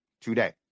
Today